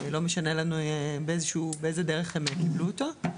לא משנה לנו באיזו דרך הם קיבלו אותו.